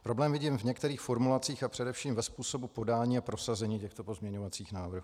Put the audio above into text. Problém vidím v některých formulacích a především ve způsobu podání a prosazení těchto pozměňovacích návrhů.